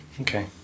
Okay